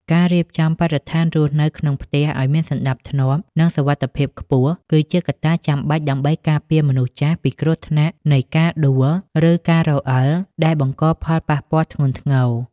ការរៀបចំបរិស្ថានរស់នៅក្នុងផ្ទះឱ្យមានសណ្តាប់ធ្នាប់ និងសុវត្ថិភាពខ្ពស់ គឺជាកត្តាចាំបាច់ដើម្បីការពារមនុស្សចាស់ពីគ្រោះថ្នាក់នៃការដួល ឬការរអិលដែលបង្កផលប៉ះពាល់ធ្ងន់ធ្ងរ។